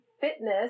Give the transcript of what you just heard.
fitness